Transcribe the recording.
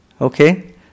Okay